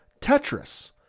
Tetris